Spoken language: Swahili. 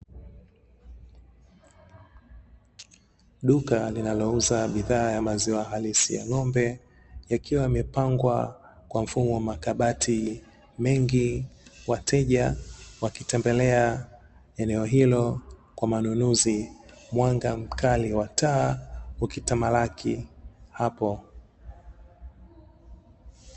Duka linalouza bidhaa za maziwa halisi ya ng'ombe yakiwa yamepangwa kwa mfumo wa makabati mengi, wateja wakitembelea eneo hilo kwa manunuzi, mwanga mkali wa taa ukitamalaki hapo.